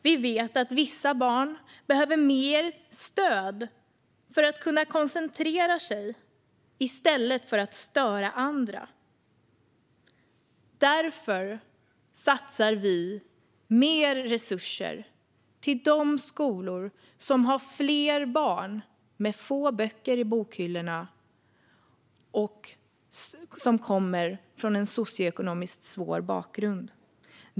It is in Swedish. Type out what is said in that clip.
Vi vet att vissa barn behöver mer stöd för att kunna koncentrera sig i stället för att störa andra. Därför satsar vi mer resurser till de skolor som har fler barn med få böcker i bokhyllorna och en socioekonomiskt svår bakgrund.